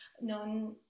non